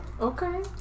Okay